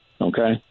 okay